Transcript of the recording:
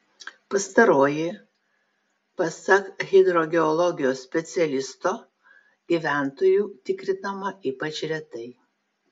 pastaroji pasak hidrogeologijos specialisto gyventojų tikrinama ypač retai